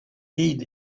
heed